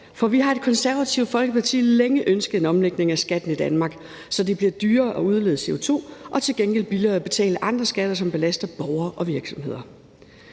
For i Det Konservative Folkeparti har vi længe ønsket en omlægning af skatten i Danmark, så det bliver dyrere at udlede CO2 og til gengæld billigere at betale andre skatter, som belaster borgere og virksomheder.